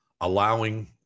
allowing